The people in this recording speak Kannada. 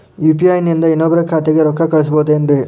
ಯು.ಪಿ.ಐ ನಿಂದ ಇನ್ನೊಬ್ರ ಖಾತೆಗೆ ರೊಕ್ಕ ಕಳ್ಸಬಹುದೇನ್ರಿ?